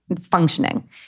functioning